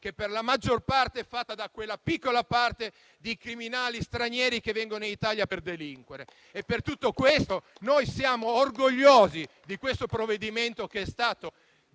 che per la maggior parte è fatta da quella piccola parte di criminali stranieri che vengono in Italia per delinquere. Per tutto questo noi siamo orgogliosi di questo provvedimento, che è stato